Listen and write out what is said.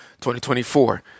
2024